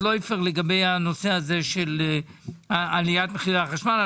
לויפר, לגבי עליית מחירי החשמל.